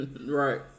Right